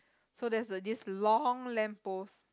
so there's a this long lamp post